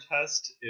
test